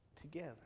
together